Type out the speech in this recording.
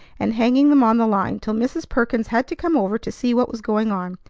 and hanging them on the line, till mrs. perkins had to come over to see what was going on.